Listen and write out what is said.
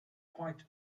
quite